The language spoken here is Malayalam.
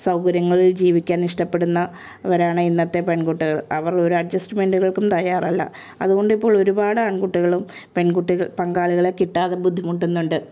സൗകര്യങ്ങളിൽ ജീവിക്കാൻ ഇഷ്ടപ്പെടുന്നവരാണ് ഇന്നത്തെ പെൺകുട്ടികൾ അവർ ഒരു അഡ്ജസ്റ്റുമെൻറുകൾക്കും തയ്യാറല്ല അതുകൊണ്ട് ഇപ്പോൾ ഒരുപാട് ആൺകുട്ടികളും പെൺകുട്ടികൾ പങ്കാളികളെ കിട്ടാതെ ബുദ്ധിമുട്ടുന്നുണ്ട്